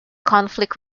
conflict